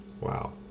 Wow